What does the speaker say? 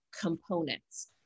components